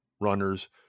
runners